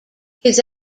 his